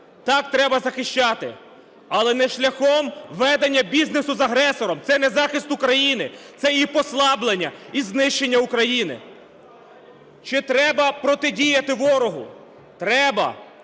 Так, треба захищати. Але не шляхом ведення бізнесу з агресором. Це не захист України, це її послаблення і знищення України. Чи треба протидіяти ворогу? Треба,